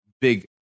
big